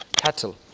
Cattle